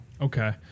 Okay